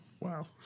Wow